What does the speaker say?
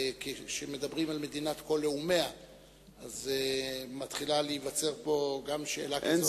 כי כשמדברים על מדינת כל לאומיה מתחילה להיווצר פה גם שאלה כזאת.